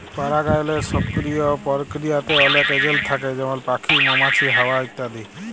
পারাগায়লের সকিরিয় পরকিরিয়াতে অলেক এজেলট থ্যাকে যেমল প্যাখি, মমাছি, হাওয়া ইত্যাদি